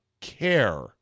care